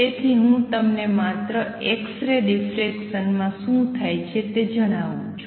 તેથી હું તમને માત્ર એક્સ રે ડિફરેકસન માં શું થાય છે તે જણાવું છુ